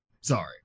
Sorry